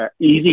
Easy